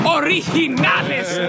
originales